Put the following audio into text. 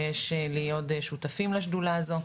שיש לי עוד שותפים לשדולה הזו,